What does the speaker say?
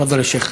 תפאדל א-שיח'.